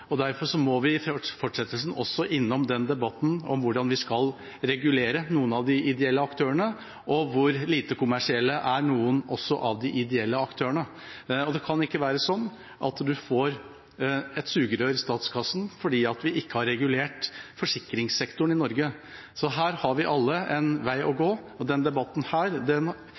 må vi i fortsettelsen også innom debatten om hvordan vi skal regulere noen av de ideelle aktørene, og om hvor lite kommersielle noen av de ideelle aktørene er. Det kan ikke være sånn at man får et sugerør i statskassen fordi vi ikke har regulert forsikringssektoren i Norge. Her har vi alle en vei å gå. Denne debatten kan jeg ikke se at Arbeiderpartiet og